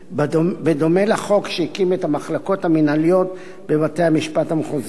בדומה לחוק שהקים את המחלקות המינהליות בבתי-המשפט המחוזיים.